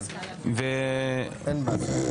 כן, אין בעיה.